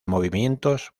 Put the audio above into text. movimientos